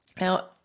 Now